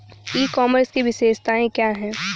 ई commerce की विशेषताएं क्या हैं?